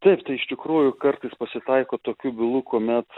taip tai iš tikrųjų kartais pasitaiko tokių bylų kuomet